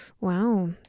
Wow